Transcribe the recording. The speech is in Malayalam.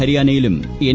ഹരിയാനയിലും എൻ